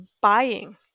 buying